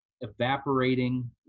evaporating